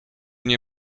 nie